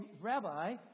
rabbi